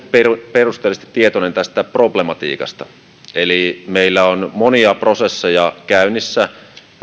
perusteellisesti tietoinen tästä problematiikasta meillä on monia prosesseja käynnissä